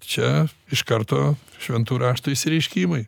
čia iš karto šventų raštų išsireiškimai